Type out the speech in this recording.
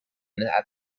that